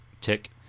tick